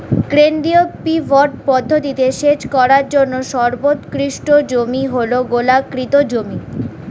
কেন্দ্রীয় পিভট পদ্ধতিতে সেচ করার জন্য সর্বোৎকৃষ্ট জমি হল গোলাকৃতি জমি